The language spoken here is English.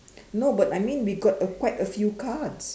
no but I mean we got a quite a few cards